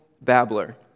babbler